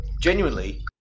genuinely